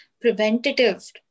preventative